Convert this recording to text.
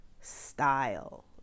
style